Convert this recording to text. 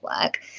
work